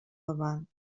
davant